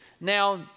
Now